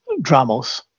Dramos